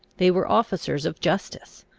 they were officers of justice.